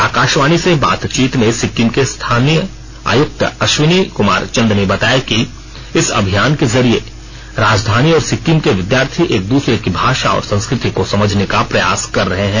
आकाशवाणी से बातचीत में सिक्किम के स्थानिक आयुक्त अश्वनी कुमार चंद ने बताया कि इस अभियान के जरिए राजधानी और सिक्किम के विद्यार्थी एक दूसरे की भाषा और संस्कृति को समझने का प्रयास कर रहे हैं